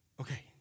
okay